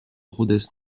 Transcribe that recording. rodez